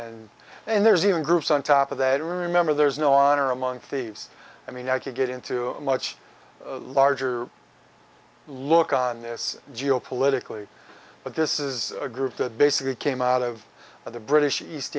and and there's even groups on top of that remember there's no honor among thieves i mean i could get into a much larger look on this geo politically but this is a group that basically came out of the british east